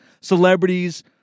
Celebrities